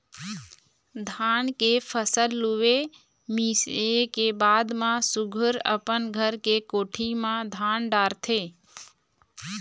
धान के फसल लूए, मिंजे के बाद म सुग्घर अपन घर के कोठी म धर डारथे